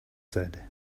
said